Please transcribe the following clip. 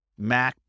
MacBook